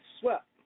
swept